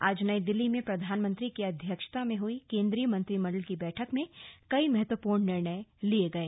आज नई दिल्ली में प्रधानमंत्री की अध्यक्षता में हुई केन्द्रीय मंत्रिमण्डल की बैठक में कई महत्वपूर्ण निर्णय लिये गये